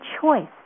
choice